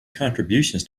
contributions